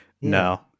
No